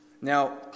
Now